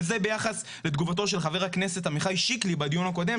וזה ביחס לתגובתו של חבר הכנסת עמיחי שקלי בדיון הקודם,